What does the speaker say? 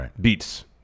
beats